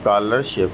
scholarship